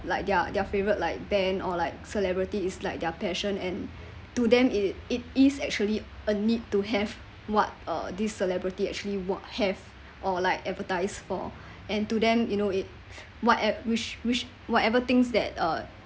like their their favourite like band or like celebrity is like their passion and to them it it is actually a need to have what uh these celebrity actually what have or like advertised for and to them you know it's what ev~ which which whatever things that uh